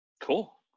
Cool